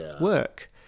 work